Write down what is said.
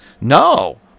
no